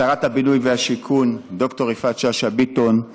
שרת הבינוי והשיכון ד"ר יפעת שאשא ביטון,